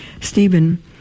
Stephen